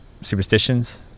superstitions